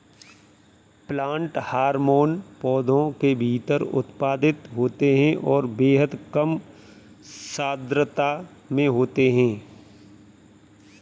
plant hormone पौधों के भीतर उत्पादित होते हैंऔर बेहद कम सांद्रता में होते हैं